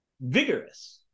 vigorous